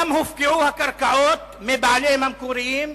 גם הופקעו הקרקעות מבעליהן המקוריים,